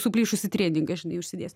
suplyšusį treningą žinai užsidės